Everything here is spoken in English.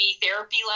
therapy